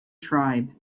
tribe